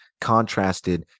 contrasted